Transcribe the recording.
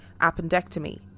appendectomy